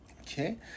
Okay